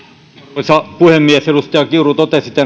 arvoisa puhemies edustaja kiuru totesi